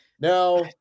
Now